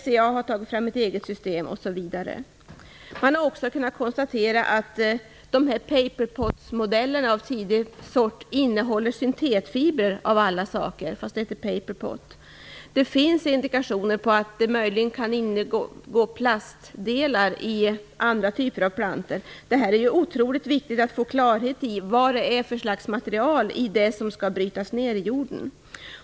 SCA har tagit fram ett eget system. Man har också kunnat konstatera att paperpot av tidig sort innehåller syntetfibrer även om det heter paperpot. Det finns indikationer på att det möjligen kan ingå plastdelar i andra typer av plantor. Det är otroligt viktigt att få klarhet i vad det är för material i det som skall brytas ner i jorden.